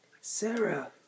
Sarah